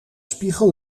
spiegel